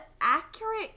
accurate